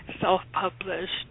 Self-published